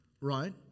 right